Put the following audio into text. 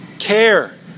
Care